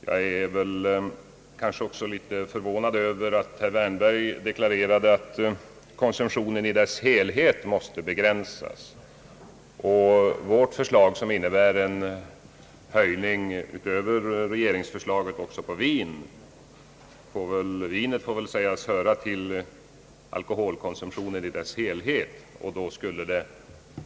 Jag noterade också att herr Wärnberg deklarerade, att alkoholkonsumtionen i sin helhet måste begränsas. Vårt förslag innebär också på vin en höjning utöver regeringens förslag. Vin får väl sägas höra till alkoholkonsumtionen i dess helhet.